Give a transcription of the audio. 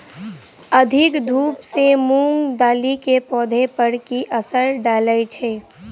अधिक धूप सँ मूंग दालि केँ पौधा पर की असर डालय छै?